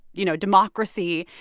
you know, democracy,